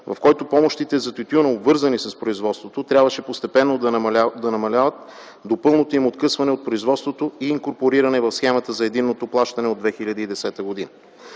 в който помощите за тютюн, обвързани с производството, трябваше постепенно да намаляват до пълното им откъсване от производството и инкорпориране в схемата за единното плащане от 2010 г.